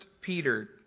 Peter